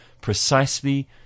precisely